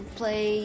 play